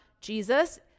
Jesus